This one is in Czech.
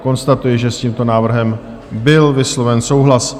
Konstatuji, že s tímto návrhem byl vysloven souhlas.